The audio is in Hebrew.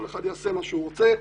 כל אחד יעשה מה שהוא רוצה.